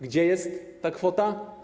Gdzie jest ta kwota?